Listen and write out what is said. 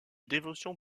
dévotion